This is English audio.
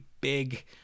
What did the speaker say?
big